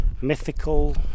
mythical